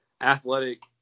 athletic